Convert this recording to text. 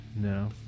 No